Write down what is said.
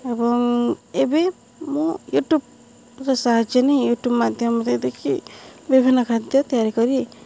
ଏବଂ ଏବେ ମୁଁ ୟୁଟ୍ୟୁବ୍ର ସାହାଯ୍ୟ ନେଇ ୟୁଟ୍ୟୁବ୍ ମାଧ୍ୟମରେ ଦେଖି ବିଭିନ୍ନ ଖାଦ୍ୟ ତିଆରି କରି